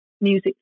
music